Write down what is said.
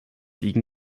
liegen